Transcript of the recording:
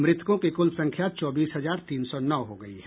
मृतकों की कुल संख्या चौबीस हजार तीन सौ नौ हो गई है